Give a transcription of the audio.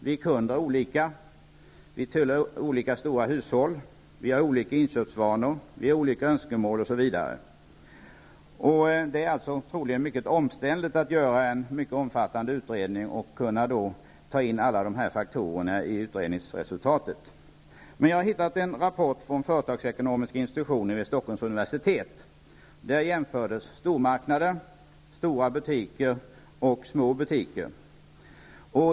Vi kunder är olika, vi tillhör olika stora hushåll, vi har olika inköpsvanor, olika önskemål osv. Det är troligen mycket omständligt att göra en omfattande utredning och att ta med alla dessa faktorer i utredningsresultatet. Jag har dock hittat en rapport från företagsekonomiska institutionen vid Stockholms universitet, där man jämför stormarknader, stora butiker och små butiker.